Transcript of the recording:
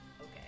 okay